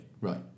Right